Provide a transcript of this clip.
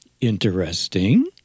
interesting